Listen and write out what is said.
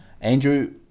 Andrew